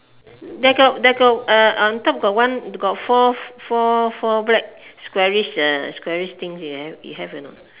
there got there got uh on top got one got four four four black squarish uh squarish things you have you have or not